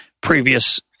previous